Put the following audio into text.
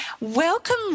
Welcome